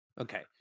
Okay